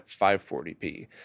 540p